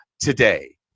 today